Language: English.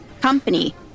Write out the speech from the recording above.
company